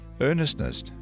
earnestness